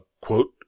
quote